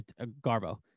Garbo